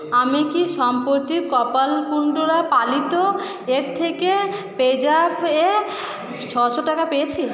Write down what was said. আমি কি সম্প্রতি কপালকুণ্ডলা পালিত এর থেকে পেজ অ্যাপে ছশো টাকা পেয়েছি